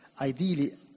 ideally